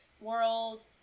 world